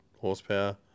horsepower